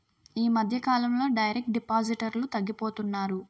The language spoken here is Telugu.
ఈ మధ్యకాలంలో డైరెక్ట్ డిపాజిటర్లు తగ్గిపోతున్నారు